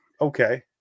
Okay